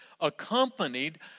accompanied